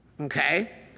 Okay